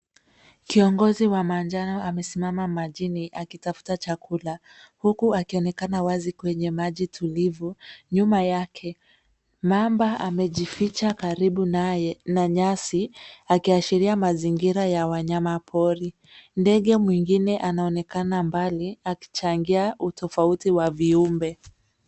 Kiongozi wa manjano amesimama majini akitafuta chakula huku akionekana wazi kwenye maji tulivu. Nyuma yake, mamba amejificha karibu naye na nyasi akiashiria mazingira ya wanyama pori. Ndege mwingine anaonekana mbali akichangia utofauti wa viumbe.